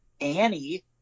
Annie